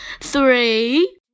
three